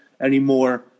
anymore